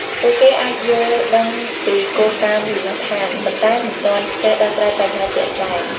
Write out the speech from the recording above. ពួកគេអាចយល់ដឹងពីគោលការណ៍មូលដ្ឋាន ប៉ុន្តែមិនទាន់ចេះដោះស្រាយបញ្ហាជាក់ស្តែង។